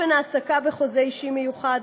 אופן העסקה בחוזה אישי מיוחד,